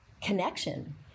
connection